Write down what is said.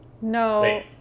No